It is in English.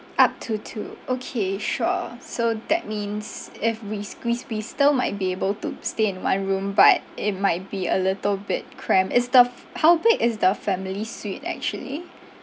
up to two okay sure so that means if we squeeze we still might be able to stay in one room but it might be a little bit crammed is the f~ how big is the family suite actually